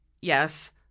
Yes